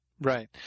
Right